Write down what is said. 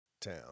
town